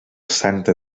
santa